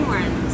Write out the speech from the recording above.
one